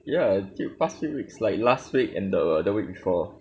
ya past few weeks like last week and the week before